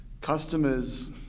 customers